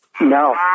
No